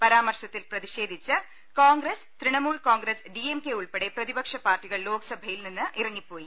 പരാമർശത്തിൽ പ്രതിഷേധിച്ച് കോൺഗ്രസ് തൃണമൂൽ കോൺഗ്രസ് ഡി എം കെ ഉൾപ്പെടെ പ്രതിപക്ഷ പാർട്ടികൾ ലോക്സഭയിൽ നിന്നിറങ്ങിപ്പോയി